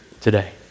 today